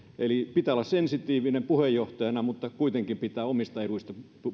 eli pitää olla sensitiivinen puheenjohtajana mutta kuitenkin pitää omista eduista